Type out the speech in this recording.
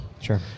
Sure